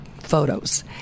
photos